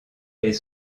est